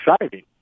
exciting